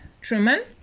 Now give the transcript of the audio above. Truman